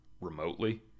remotely